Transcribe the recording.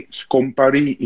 scomparì